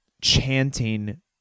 chanting